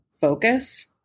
focus